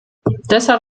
deshalb